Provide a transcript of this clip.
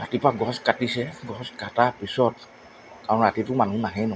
ৰাতিপুৱা গছ কাটিছে গছ কাটাৰ পিছত কাৰণ ৰাতিটো মানুহ নাহেই ন